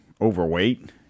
overweight